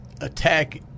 attack